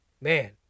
man